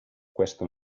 questo